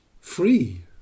free